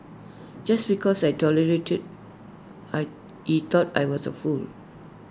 just because I tolerated I he thought I was A fool